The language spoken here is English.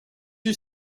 you